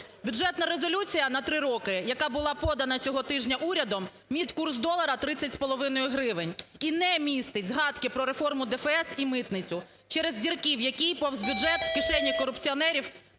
Бюджетна резолюція на три роки, яка була подана цього тижня урядом, містить курс долара 30,5 гривень і не містить згадки про реформу ДФС і митницю через дірки, в які повз бюджет в кишені корупціонерів